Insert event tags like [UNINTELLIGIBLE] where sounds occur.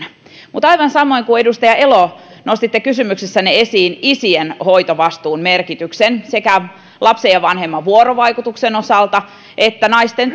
mutta aivan samoin kuin nostitte edustaja elo kysymyksessänne esille isien hoitovastuun merkityksen sekä lapsen ja vanhemman vuorovaikutuksen osalta että naisten [UNINTELLIGIBLE]